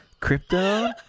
Crypto